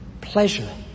pleasure